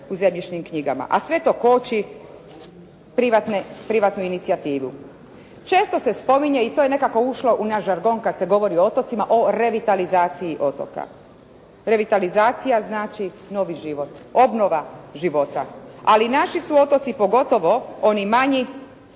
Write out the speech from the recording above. u zemljišnim knjigama, a sve to koči privatnu inicijativu. Često se spominje i to je nekako ušlo u naš žargon kada se govori o otocima, o revitalizaciji otoka. Revitalizacija znači novi život, obnova života. Ali naši su otoci pogotovo oni manji